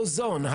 האוזון,